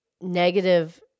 negative